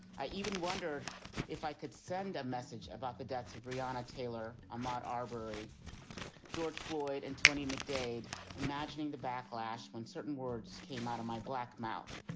i even wondered if i could send a message about the deaths of rihanna, taylor and um ah ah marbury. george floyd and tony mcdaid imagining the backlash when certain words came out of my black mouth.